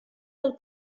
del